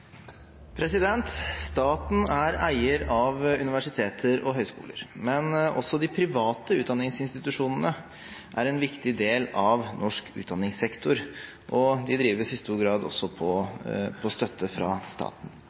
oppfølgingsspørsmål. Staten er eier av universiteter og høyskoler, men også de private utdanningsinstitusjonene er en viktig del av norsk utdanningssektor, og de drives i stor grad også på støtte fra staten.